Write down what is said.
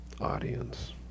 audience